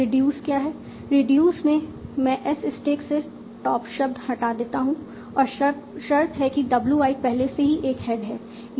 reduce क्या है reduce में मैं S स्टैक से टॉप शब्द हटा देता हूं और शर्त है कि w i पहले से ही एक हेड है